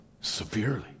severely